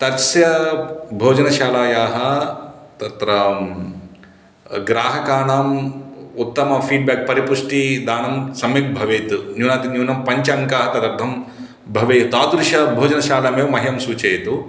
तस्य भोजनशालायाः तत्र ग्राहकाणाम् उत्तमं फ़ीड् बेक् परिषुष्टी दानं सम्यक् भवेत् न्यूनातिन्यूनं पञ्च अङ्काः तदर्थं भवेत् तादृशी भोजनशालामेव मह्यं सूचयतु